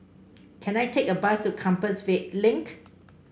can I take a bus to Compassvale Link